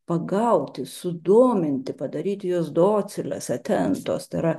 pagauti sudominti padaryti juos dociles atentos tai yra